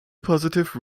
positive